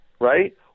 right